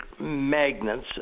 magnets